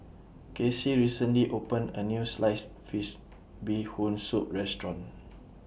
Casie recently opened A New Sliced Fish Bee Hoon Soup Restaurant